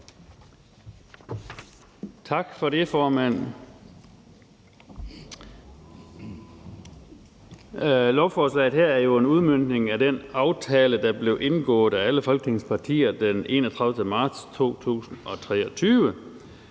Tak for det, formand. Lovforslaget her er jo en udmøntning af den aftale, der blev indgået af alle Folketingets partier den 31. marts 2023.